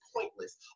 pointless